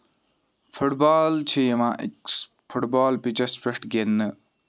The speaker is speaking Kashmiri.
فُٹ بال چھُ یِوان أکِس فُٹ بال پِچَس پٮ۪ٹھ گِندنہٕ